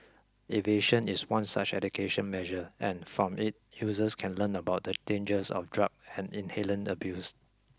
aversion is one such education measure and from it users can learn about the dangers of drug and inhalant abuse